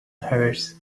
hers